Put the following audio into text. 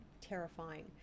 terrifying